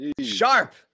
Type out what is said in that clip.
Sharp